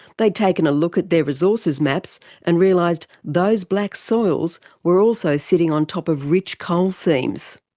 they'd taken a look at their resources maps and realised those black soils were also sitting on top of rich coal seams.